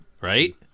Right